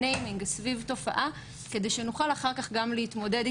שנשים יוכלו לזהות את עצמן כנפגעות אלימות טכנולוגית,